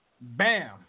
Bam